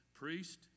Priest